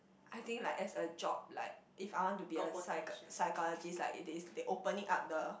I think like as a job like if I want to be a psych~ psychologist like they is they opening up the